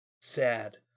Sad